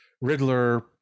Riddler